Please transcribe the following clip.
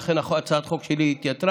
לכן הצעת החוק שלי התייתרה,